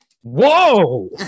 Whoa